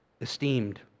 esteemed